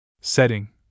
Setting